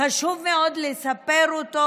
חשוב מאוד לספר אותו,